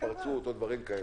התפרצות או דברים כאלה,